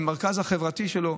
למרכז החברתי שלו.